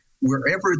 wherever